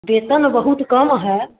वेतन बहुत कम है